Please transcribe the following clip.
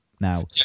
now